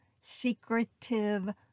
secretive